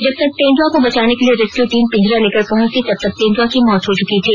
जब तक तेंदुआ को बचाने के लिए रेस्क्यू टीम पिंजड़ा लेकर पहुंचती तब तक तेंदुआ की मौत हो चुकी थी